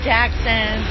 Jackson